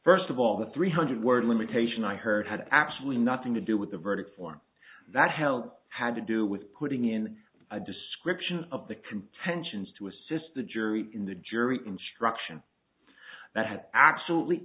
first of all the three hundred word limitation i heard had absolutely nothing to do with the verdict form that help had to do with putting in a description of the contentions to assist the jury in the jury instruction that had absolutely